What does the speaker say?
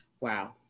Wow